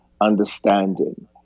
understanding